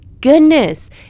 goodness